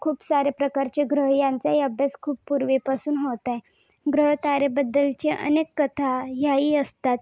खूप सारे प्रकारचे ग्रह यांचाही अभ्यास खूप पूर्वीपासून होत आहे ग्रहताऱ्याबद्दलचे अनेक कथा ह्याही असतात